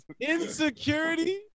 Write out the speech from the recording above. Insecurity